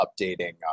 updating